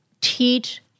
teach